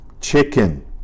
chicken